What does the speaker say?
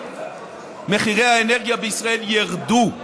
מחירי האנרגיה בישראל ירדו.